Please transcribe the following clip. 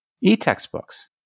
e-textbooks